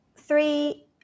three